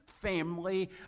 family